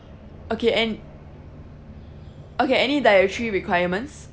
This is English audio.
okay and okay any dietary requirements